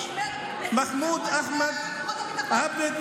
זה חילול הקודש, אדוני.